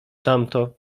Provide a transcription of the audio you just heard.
tamto